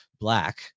black